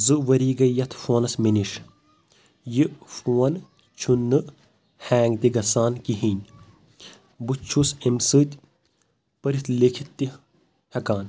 زٕ ؤری گٔے یتھ فونس مےٚ نِش یہِ فون چھُنہٕ ہینگ تہِ گژھان کہیٖنۍ بہٕ چھُس أمۍ سۭتۍ پٔرِتھ لیٖکِتھ تہِ ہٮ۪کان